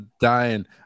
dying